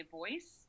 voice